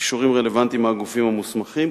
אישורים רלוונטיים מהגופים המוסמכים,